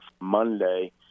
Monday